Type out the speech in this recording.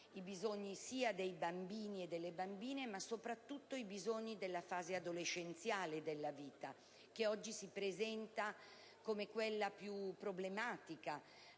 i bisogni sia dei bambini e delle bambine, ma soprattutto della fase adolescenziale della vita che oggi si presenta come quella più problematica,